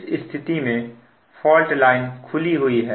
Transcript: इस स्थिति में फॉल्ट लाइन खुली हुई है